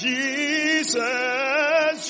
Jesus